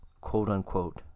quote-unquote